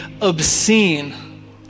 obscene